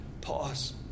pause